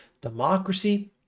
Democracy